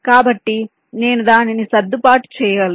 కాబట్టి నేను దానిని సర్దుబాటు చేయగలను